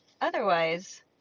otherwise